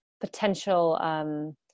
potential